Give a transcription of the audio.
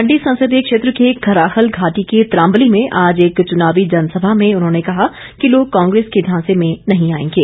मंडी संसदीय क्षेत्र के खराहल घाटी के त्राम्बली में आज एक चुनावी जनसभा में उन्होंने कहा कि लोग कांग्रेस के झांसे में नहीं आएंगे